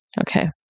Okay